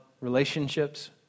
relationships